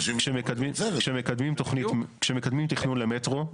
כשמקדמים תכנון למטרו,